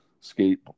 skate